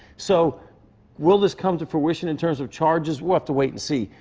so will this come to fruition in terms of charges? we'll have to wait and see.